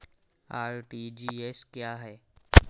RTGS क्या है?